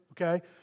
okay